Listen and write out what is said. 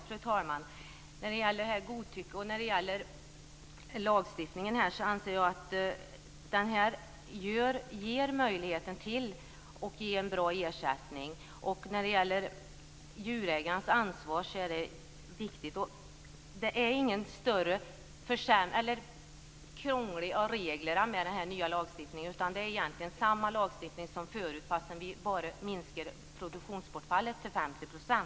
Fru talman! När det gäller godtycke och lagstiftning anser jag att lagstiftningen ger möjlighet till att ge en bra ersättning. Djurägarnas ansvar är viktigt. Det är inga krångliga regler i den nya lagstiftningen. Det är egentligen samma lagstiftning som förut. Vi minskar bara ersättningen för produktionsbortfall till